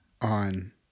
on